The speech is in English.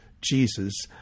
Jesus